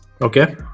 okay